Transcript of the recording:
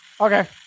Okay